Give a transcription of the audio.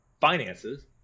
finances